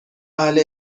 اهل